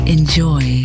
Enjoy